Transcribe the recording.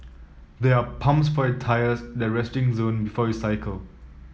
there are pumps for your tyres the resting zone before you cycle